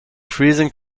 freezing